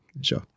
Sure